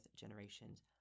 generations